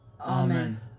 Amen